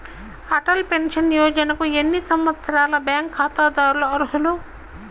Atal pension యోజనకు ఎన్ని సంవత్సరాల బ్యాంక్ ఖాతాదారులు అర్హులు?